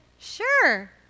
sure